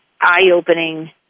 eye-opening